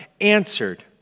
answered